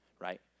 Right